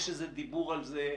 האם יש איזה דיבור על זה?